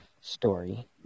story